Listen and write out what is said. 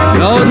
no